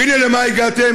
והנה, למה הגעתם?